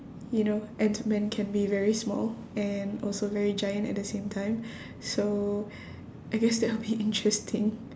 you know ant man can be very small and also very giant at the same time so I guess that will be interesting